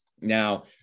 Now